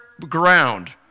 ground